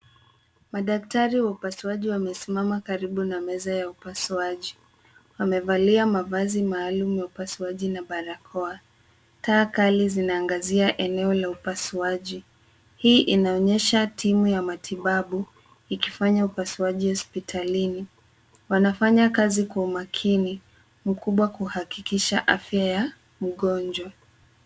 Madaktari wa upasuaji wamesimama karibu na meza ya upasuaji. Wamevalia mavazi maalum ya upasuaji na barakoa. Taa kali zinaangazia eneo la upasuaji. Hii inaonyesha timu ya matibabu ikifanya upasuaji hospitalini. Wanafanya kazi kwa umakini, mkubwa kuhakikisha afya ya mgonjwa.